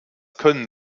können